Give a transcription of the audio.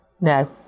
No